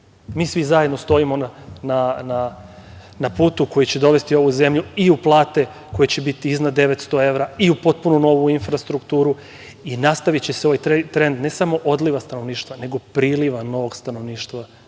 Mi svi zajedno stojimo na putu koji će dovesti ovu zemlju i u plate koje će biti iznad 900 evra, i u potpuno novu infrastrukturu i nastaviće se ovaj trend, ne samo odliva stanovništva, nego priliva novog stanovništva